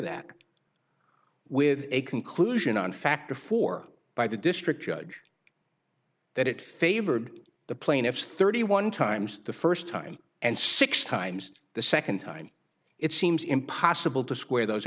that with a conclusion on factor for by the district judge that it favored the plaintiffs thirty one times the first time and six times the second time it seems impossible to square those